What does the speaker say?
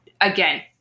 again